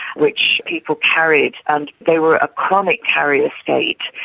which people carried. and they were a chronic carrier state.